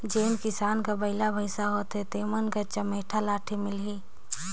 जेन किसान घर बइला भइसा होथे तेमन घर चमेटा लाठी मिलही